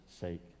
sake